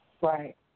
Right